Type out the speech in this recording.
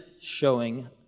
showing